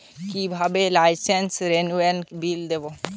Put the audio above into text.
কিভাবে লাইসেন্স রেনুয়ালের বিল দেবো?